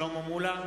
שלמה מולה,